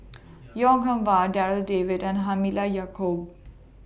Goh Eng Wah Darryl David and Halimah Yacob